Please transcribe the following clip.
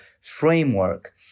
framework